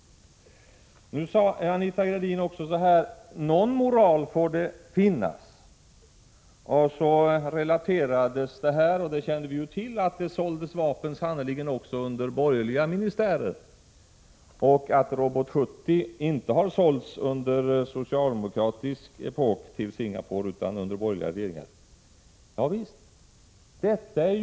Anita Gradin sade: ”Någon moral får det också finnas —--”. Så relaterades det, och vi känner ju till att det sannerligen såldes vapen under borgerliga ministärer och att Robot 70 inte har sålts till Singapore under socialdemokratisk epok utan under borgerliga regeringar.